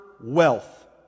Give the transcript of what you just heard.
wealth